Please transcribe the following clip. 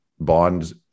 Bonds